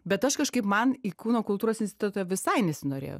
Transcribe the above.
bet aš kažkaip man į kūno kultūros institutą visai nesinorėjo